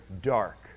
dark